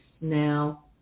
now